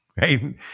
right